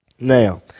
Now